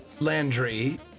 Landry